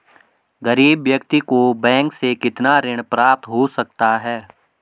गरीब व्यक्ति को बैंक से कितना ऋण प्राप्त हो सकता है?